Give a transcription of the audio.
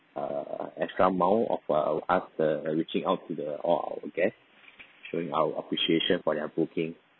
uh extra mile of uh us err reaching out to the all our guest showing our appreciation for their booking